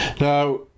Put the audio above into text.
Now